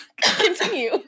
Continue